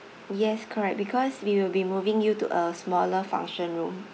yes correct because we will be moving you to a smaller function room